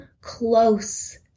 close